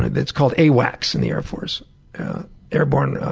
it's called awacs in the air force airborne